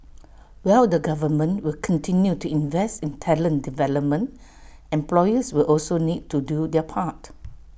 while the government will continue to invest in talent development employers will also need to do their part